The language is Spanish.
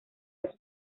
los